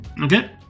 Okay